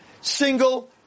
single